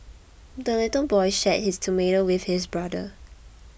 the little boy shared his tomato with his brother